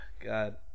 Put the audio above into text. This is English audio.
god